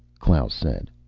klaus said.